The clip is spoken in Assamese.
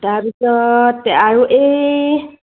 তাৰপিছত আৰু এই